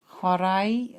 chwaraea